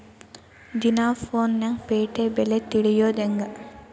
ದಿನಾ ಫೋನ್ಯಾಗ್ ಪೇಟೆ ಬೆಲೆ ತಿಳಿಯೋದ್ ಹೆಂಗ್?